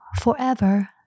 forever